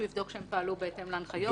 יבדוק שפעלו בהתאם להנחיות.